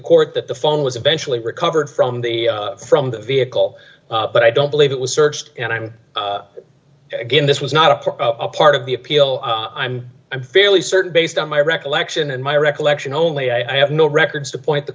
court that the phone was eventually recovered from the from the vehicle but i don't believe it was searched and i'm again this was not a part of the appeal i'm i'm fairly certain based on my recollection and my recollection only i have no records to point the